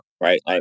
right